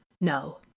no